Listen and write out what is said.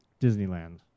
Disneyland